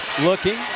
looking